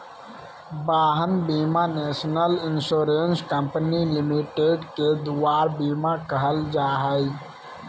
वाहन बीमा national insurance company limited के दुआर बीमा कहल जाहइ